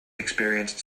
experienced